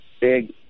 big